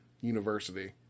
university